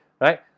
right